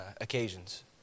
occasions